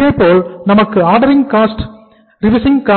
இதேபோல் நமக்கு order in cost என்ற